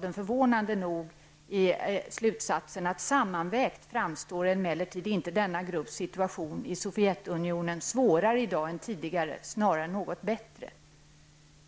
landar förvånande nog i slutsatsen att ''sammanvägt framstår emellertid inte denna grupps situation i Sovjetunionen svårare i dag än tidigare, snarare något bättre''.